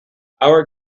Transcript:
our